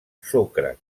sucre